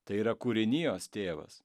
tai yra kūrinijos tėvas